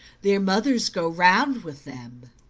their mothers go round with them.